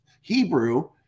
Hebrew